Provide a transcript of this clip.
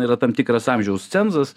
yra tam tikras amžiaus cenzas